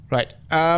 Right